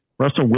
Russell